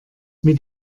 mit